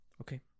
Okay